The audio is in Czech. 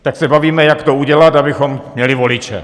Tak se bavíme, jak to udělat, abychom měli voliče.